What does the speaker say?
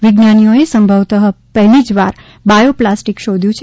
વિજ્ઞાનીઓએ સંભવતઃપહેલી જ વાર બાયો પ્લાસ્ટિક શોધ્યું છે